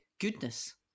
goodness